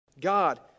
God